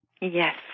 Yes